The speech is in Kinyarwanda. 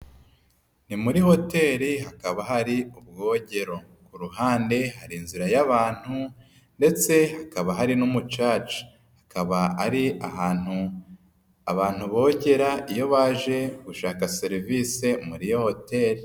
Ni muri hoteri hakaba hari ubwogero. Ku ruhande hari inzira y'abantu ndetse hakaba hari n'umucaca. Hakaba ari ahantu abantu bogera iyo baje gushaka serivise muri iyo hoteri.